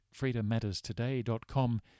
freedommatterstoday.com